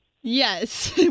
Yes